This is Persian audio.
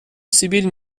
سیبیل